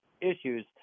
issues